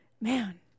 man